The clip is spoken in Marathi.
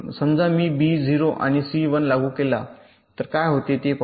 समजा मी बी 0 आणि सी 1 लागू केला तर काय होते ते पाहूया